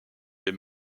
est